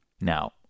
Now